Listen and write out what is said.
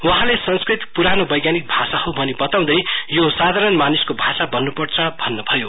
वहाँ संस्कृत प्रानो वैज्ञानिक भाषा हो मनी बताउँदै यो साधारण मानिसको भाषा बन्न्पर्छ भन्नुभयो